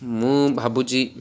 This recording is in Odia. ମୁଁ ଭାବୁଛି